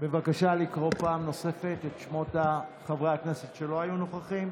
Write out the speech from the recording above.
בבקשה לקרוא פעם נוספת בשמות חברי הכנסת שלא היו נוכחים.